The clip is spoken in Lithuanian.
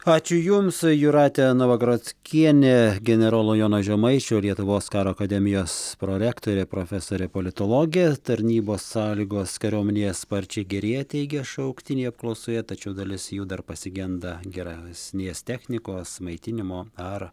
ačiū jums jūratė novagrockienė generolo jono žemaičio lietuvos karo akademijos prorektorė profesorė politologė tarnybos sąlygos kariuomenėje sparčiai gerėja teigia šauktiniai apklausoje tačiau dalis jų dar pasigenda geresnės technikos maitinimo ar